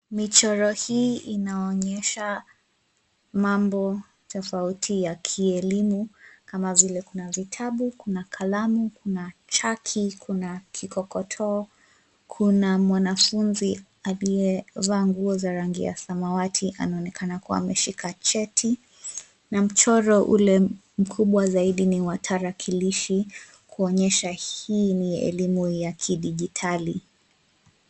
Michoro hii inaonyesha mambo tofauti ya kielimu kama vile kuna vitabu, kuna kalamu, kuna chaki, kuna kikokotoo, kuna mwanafunzi aliyevaa nguo za rangi ya samawati anaonekana kuwa ameshika cheti na mchoro ule mkubwa zaidi ni wa tarakilishi kuonyesha hii ni elimu ya kidijitali.